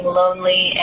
lonely